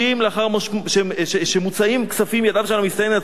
לאחר שמוצאים כספים מידיו של המסתנן עצמו,